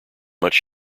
much